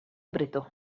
bretó